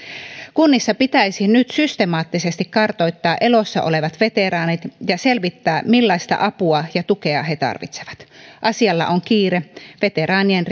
kunnissa pitäisi nyt systemaattisesti kartoittaa elossa olevat veteraanit ja selvittää millaista apua ja tukea he tarvitsevat asialla on kiire veteraanien